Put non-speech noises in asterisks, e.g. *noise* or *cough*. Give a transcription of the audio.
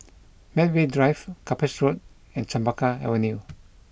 *noise* Medway Drive Cuppage Road and Chempaka Avenue